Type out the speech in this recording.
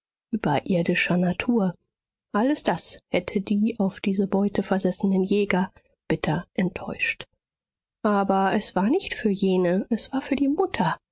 überirdischer natur alles das hätte die auf diese beute versessenen jäger bitter enttäuscht aber es war nicht für jene es war für die mutter